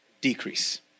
decrease